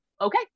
Okay